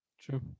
True